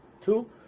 Two